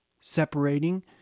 separating